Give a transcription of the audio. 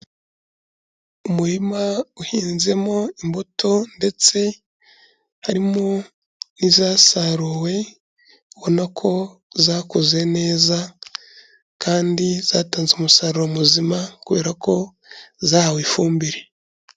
Umurima uhinzemo imbuto ndetse harimo n'izasaruwe, ubona ko zakuze neza kandi zatanze umusaruro muzima kubera ko zahawe ifumbire.